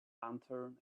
lantern